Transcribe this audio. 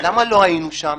למה לא היינו שם?